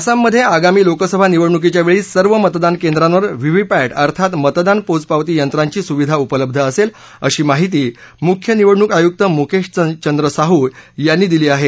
आसाममध्ये आगामी लोकसभा निवडणुकीच्या वेळी सर्व मतदान केंद्रांवर व्हीव्हीपॅट अर्थात मतदान पोचपावती यंत्रांची सुविधा उपलब्ध असेल अशी माहिती मुख्य निवडणूक आयुक्त मुकेशचंद्र साहू यांनी दिली आहे